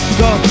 go